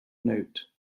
note